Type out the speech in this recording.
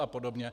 A podobně.